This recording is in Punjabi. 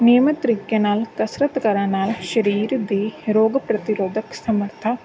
ਨਿਯਮਿਤ ਤਰੀਕੇ ਨਾਲ ਕਸਰਤ ਕਰਨ ਨਾਲ ਸਰੀਰ ਦੀ ਰੋਗ ਪ੍ਰਤੀਰੋਧਕ ਸਮਰਥਾ